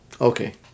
Okay